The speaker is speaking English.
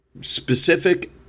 specific